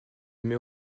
mets